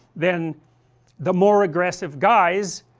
then the more aggressive guys,